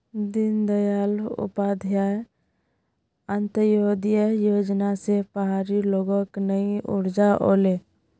दीनदयाल उपाध्याय अंत्योदय योजना स पहाड़ी लोगक नई ऊर्जा ओले